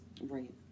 Right